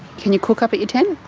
can you cook up at your tent?